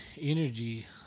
energy